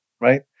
right